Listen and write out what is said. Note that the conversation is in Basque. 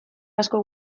asko